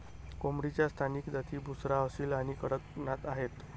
कोंबडीच्या स्थानिक जाती बुसरा, असील आणि कडकनाथ आहेत